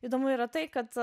įdomu yra tai kad